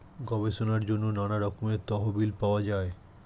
গবেষণার জন্য নানা রকমের তহবিল পাওয়া যায়